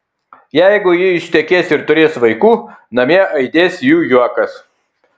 jeigu ji ištekės ir turės vaikų namie aidės jų juokas